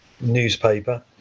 newspaper